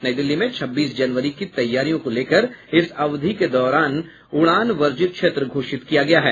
नई दिल्ली में छब्बीस जनवरी की तैयारियों को लेकर इस अवधि के दौरान उड़ान वर्जित क्षेत्र घोषित किया गया है